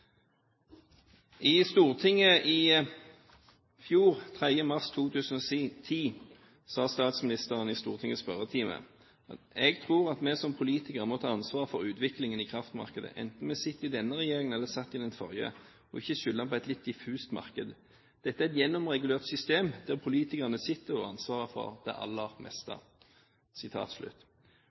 I Stortinget i fjor, den 3. mars 2010, sa statsministeren i Stortingets spørretime: «Så jeg tror at vi som er politikere, må ta ansvaret for utviklingen – enten vi sitter i denne regjeringen eller satt i den forrige – og ikke skylde på et litt diffust marked. Dette er et gjennomregulert system, der politikerne sitter og har ansvaret for det aller meste.»